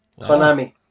Konami